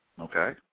Okay